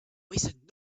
wasted